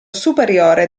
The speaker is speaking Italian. superiore